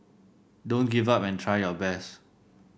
don't give up and try your best